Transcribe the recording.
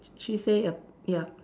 she say err ya